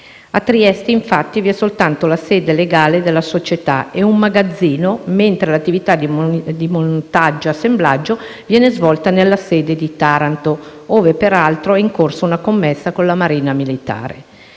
A Trieste, infatti, vi sono soltanto la sede legale della società e un magazzino, mentre l'attività di montaggio e assemblaggio viene svolta nella sede di Taranto (ove peraltro è in corso una commessa con la Marina militare).